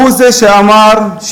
והוא שאמר,